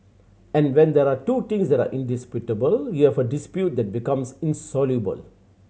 and when there are two things that are indisputable you have a dispute that becomes insoluble